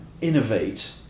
innovate